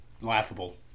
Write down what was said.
laughable